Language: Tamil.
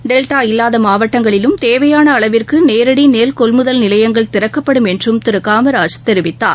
டெல்டா இல்லாத மாவட்டங்களிலும் தேவையான அளவிற்கு நேரடி நெல் கொள்முதல் நிலையங்கள் திறக்கப்படும் என்றும் திரு காமராஜ் தெரிவித்தார்